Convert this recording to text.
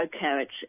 carrots